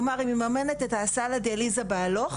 כלומר היא מממנת את ההסעה לדיאליזה בהלוך.